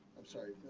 i'm sorry,